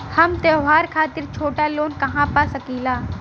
हम त्योहार खातिर छोटा लोन कहा पा सकिला?